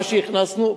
מה שהכנסנו,